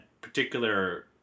particular